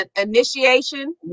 initiation